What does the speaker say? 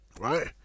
right